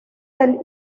del